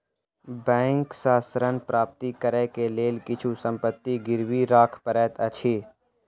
bank सॅ ऋण प्राप्त करै के लेल किछु संपत्ति गिरवी राख पड़ैत अछि